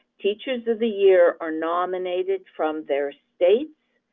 teachers of the year are nominated from their states,